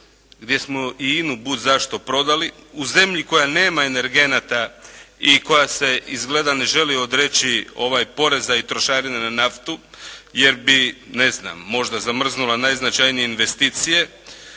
gdje smo i INA-u budzašto prodali, u zemlji koja nema energenata i koja se izgleda ne želi odreći poreza i trošarina na naftu jer bi ne znam možda zamrznula najznačajnije investicije,